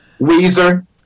Weezer